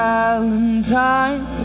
Valentine